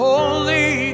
Holy